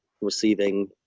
receiving